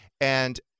And-